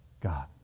God